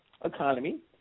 economy –